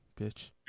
bitch